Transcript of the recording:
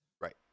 Right